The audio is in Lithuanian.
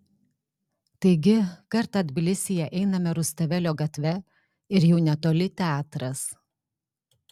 taigi kartą tbilisyje einame rustavelio gatve ir jau netoli teatras